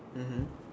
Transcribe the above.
mmhmm